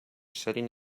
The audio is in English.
setting